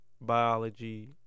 biology